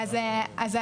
אז בעצם,